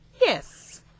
Yes